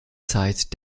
zeit